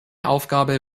aufgabe